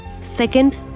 Second